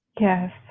Yes